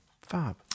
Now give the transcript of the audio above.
Fab